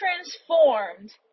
transformed